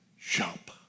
Jump